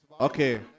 Okay